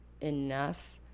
enough